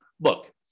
look